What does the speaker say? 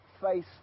face